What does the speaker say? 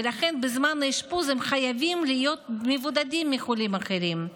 ולכן בזמן האשפוז הם חייבים להיות מבודדים מחולים אחרים.